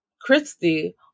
Christie